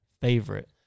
favorite